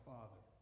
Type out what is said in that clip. Father